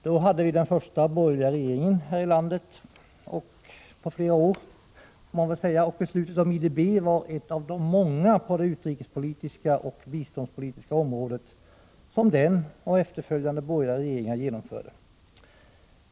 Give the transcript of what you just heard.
Då hade vi den första borgerliga regeringen på många år här i landet, och beslutet om IDB var ett av de många på det utrikespolitiska och biståndspolitiska området som den och efterföljande borgerliga regeringar genomdrev.